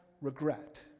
regret